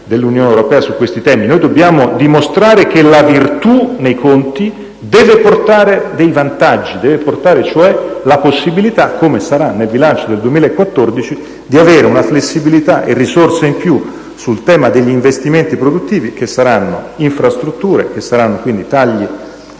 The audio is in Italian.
Noi dobbiamo dimostrare che la virtù nei conti deve portare dei vantaggi, deve portare cioè la possibilità, come sarà nel bilancio del 2014, di avere una flessibilità e risorse in più sul tema degli investimenti produttivi che saranno infrastrutture, che saranno quindi tagli